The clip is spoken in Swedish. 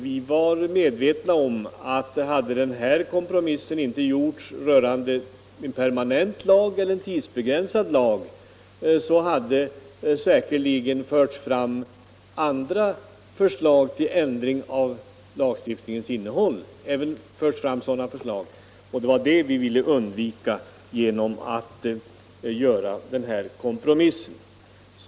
Vi var medvetna om att hade den här kompromissen inte gjorts rörande tidsbegränsningen av lagen hade säkerligen andra förslag förts fram till ändring av lagens innehåll, och det ville vi undvika.